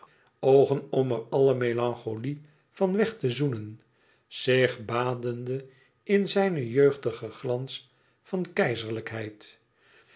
er alle melancholie van weg te zoenen zich badende in zijn jeugdigen glans van